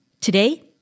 Today